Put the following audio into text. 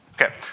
Okay